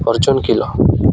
Arjun କିଲ